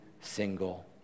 single